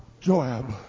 Joab